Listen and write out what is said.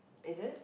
is it